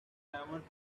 seventh